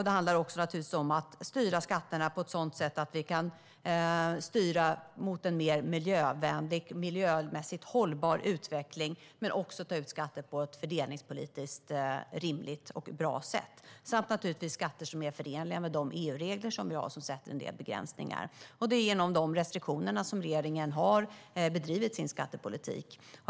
Det handlar om att använda skatterna på ett sådant sätt att vi kan styra mot en mer miljömässigt hållbar utveckling men också om att ta ut skatter på ett fördelningspolitiskt rimligt och bra sätt. Skatterna ska också vara förenliga med de EU-regler vi har och som sätter en del begränsningar. Det är genom de restriktionerna som regeringen har bedrivit sin skattepolitik.